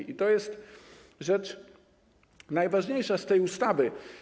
I to jest rzecz najważniejsza z tej ustawy.